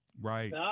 Right